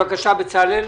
בצלאל,